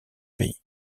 pays